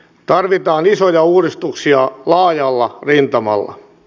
tarvitaan isoja uudistuksia laajalla rintamalla